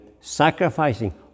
sacrificing